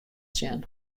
sjen